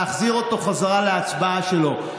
להחזיר אותו חזרה להצבעה שלו.